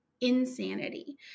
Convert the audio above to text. insanity